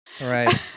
Right